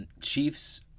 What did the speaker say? Chiefs